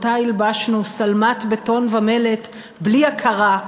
שאותה הלבשנו שלמת בטון ומלט בלי הכרה.